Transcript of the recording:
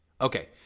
Okay